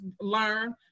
learn